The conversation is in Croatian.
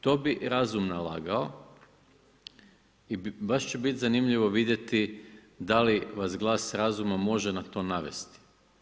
To bi razum nalagao i baš će biti zanimljivo vidjeti da li vas glas razuma može na to navesti.